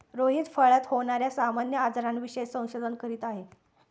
रोहित फळात होणार्या सामान्य आजारांविषयी संशोधन करीत आहे